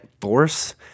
force